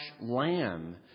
lamb